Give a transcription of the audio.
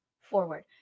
forward